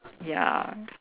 ya